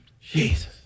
Jesus